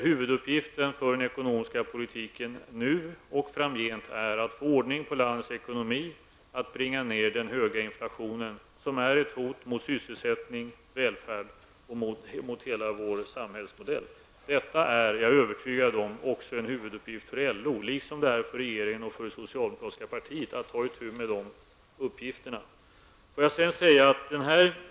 Huvuduppgiften för den ekonomiska politiken nu och framgent är att få ordning på landets ekonomi, att bringa ned den höga inflationen, som är ett hot mot sysselsättning och välfärd samt mot hela vår samhällsmodell. Detta är jag övertygad om också är en huvuduppgift för LO, liksom det är det för regeringen och för det socialdemokratiska partiet.